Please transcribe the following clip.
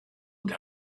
und